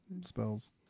spells